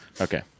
Okay